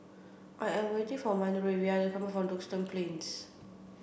I am waiting for Manervia to come from Duxton Plains